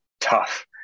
tough